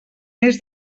més